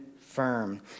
firm